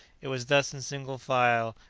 it was thus in single file,